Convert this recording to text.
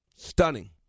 Stunning